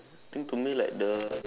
think to me like the